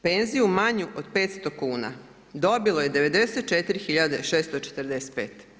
Penziju manju od 500 kuna dobilo je 94 645.